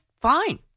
fine